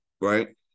right